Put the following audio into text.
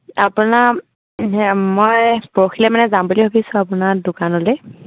আপোনাৰ মই পৰসিলে মানে যাম বুলি ভাবিছোঁ আপোনাৰ দোকানলে